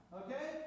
okay